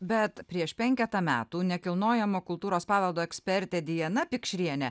bet prieš penketą metų nekilnojamo kultūros paveldo ekspertė diana pikšrienė